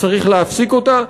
צריך להפסיק אותה,